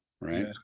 right